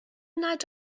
nad